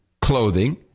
clothing